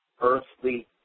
earthly